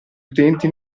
utenti